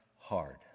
hard